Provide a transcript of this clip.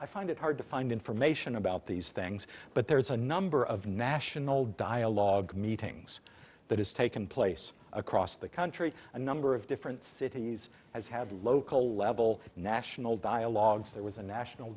i find it hard to find information about these things but there's a number of national dialogue meetings that has taken place across the country a number of different cities has had local level national dialogues there with the national